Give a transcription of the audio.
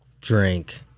drink